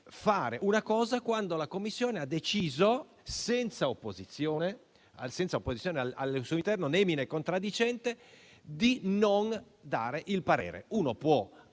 fare una cosa quando la Commissione ha deciso, senza opposizione al suo interno, *nemine contradicente*, di non dare il parere. Si può